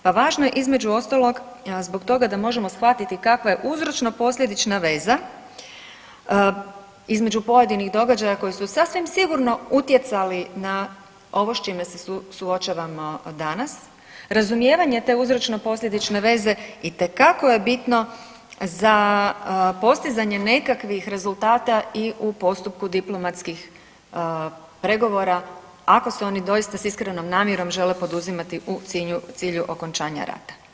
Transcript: Pa važno je između ostalog zbog toga da možemo shvatiti kakva je uzročno posljedična veza između pojedinih događaja koji su sasvim sigurno utjecali na ovo s čime se suočavamo danas, razumijevanje te uzročno posljedične veze itekako je bitno za postizanje nekakvih rezultata i u postupku diplomatskih pregovora, ako se oni doista s iskrenom namjerom žele poduzimati u cilju okončanja rata.